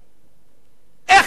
איך תהיה אבטלה אצלכם?